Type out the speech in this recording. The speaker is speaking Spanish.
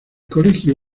colegio